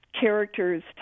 characters